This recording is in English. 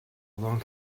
long